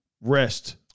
rest